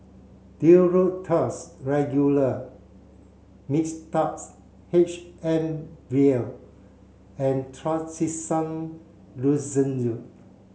Duro Tuss Regular Mixtard H M vial and Trachisan Lozenges